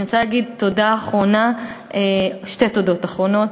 ואני רוצה להגיד תודה אחרונה, שתי תודות אחרונות: